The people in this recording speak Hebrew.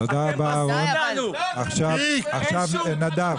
תודה רבה, אהרון, עכשיו נדב.